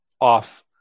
off